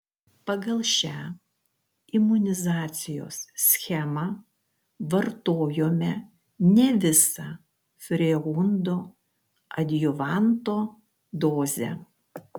pagal šią imunizacijos schemą vartojome ne visą freundo adjuvanto dozę